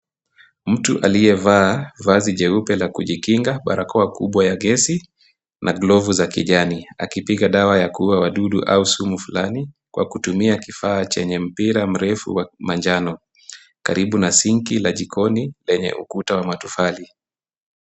Mtu aliyevaa vazi jeupe la kujikinga, barakoa kubwa ya gesi na glovu za kijani akipiga dawa ya kuua wadudu au sumu fulani kwa kutumia kifaa chenye mpira mrefu wa manjano karibu na sinki la jikoni lenye ukuta wa matofali.